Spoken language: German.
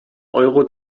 euro